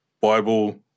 Bible